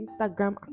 instagram